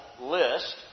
list